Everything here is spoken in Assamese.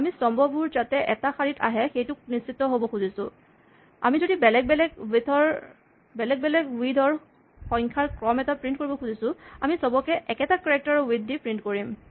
আমি স্তম্ভবোৰ যাতে এটা শাৰীত আহে সেইটো নিশ্চিত হ'ব খুজিছোঁ আমি যদি বেলেগ বেলেগ ৱিথ ৰ সংখ্যাৰ ক্ৰম এটা প্ৰিন্ট কৰিব খুজিছোঁ আমি চবকে একেসংখ্যক কেৰেক্টাৰ ৰ ৱিথ দি প্ৰিন্ট কৰিম